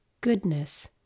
Goodness